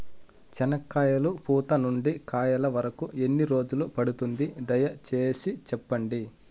చెనక్కాయ పూత నుండి కాయల వరకు ఎన్ని రోజులు పడుతుంది? దయ సేసి చెప్పండి?